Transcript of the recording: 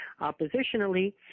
oppositionally